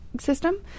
system